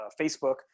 Facebook